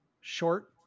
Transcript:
short